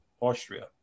Austria